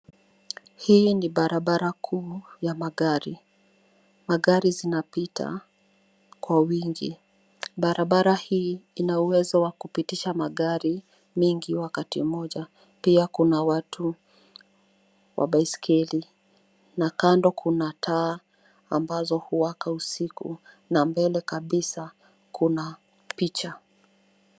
Hii ni barabara kuu ya magari. Magari zinapita kwa wingi. Barabara hii ina uwezo wa kupitisha magari mingi wakati mmoja. Pia kuna watu wa baiskeli na kando kuna taa ambazo huwaka usiku na mbele kabisa kuna picha.